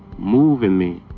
moving me.